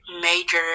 major